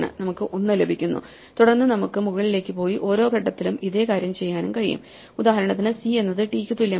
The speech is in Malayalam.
നമുക്ക് 1 ലഭിക്കുന്നു തുടർന്ന് നമുക്ക് മുകളിലേക്ക് പോയി ഓരോ ഘട്ടത്തിലും ഇതേ കാര്യം ചെയ്യാനും കഴിയും ഉദാഹരണത്തിന് c എന്നത് t ക്കു തുല്യമല്ല